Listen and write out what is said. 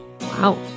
Wow